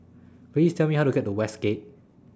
Please Tell Me How to get to Westgate